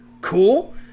cool